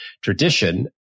tradition